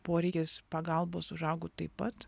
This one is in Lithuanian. poreikis pagalbos užaugo taip pat